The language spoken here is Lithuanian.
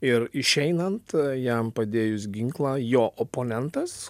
ir išeinant jam padėjus ginklą jo oponentas